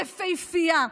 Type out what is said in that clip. יפהפייה,